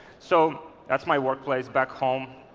so that's my workplace back home.